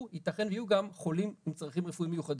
יתכן ויהיו גם חולים עם צרכים רפואיים מיוחדים.